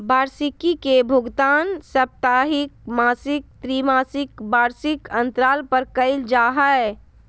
वार्षिकी के भुगतान साप्ताहिक, मासिक, त्रिमासिक, वार्षिक अन्तराल पर कइल जा हइ